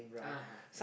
(uh huh)